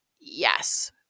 yes